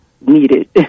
needed